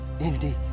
Indeed